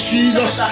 Jesus